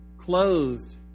clothed